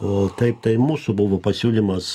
o taip tai mūsų buvo pasiūlymas